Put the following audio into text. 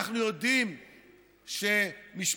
אנחנו יודעים שמשפחות,